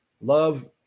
love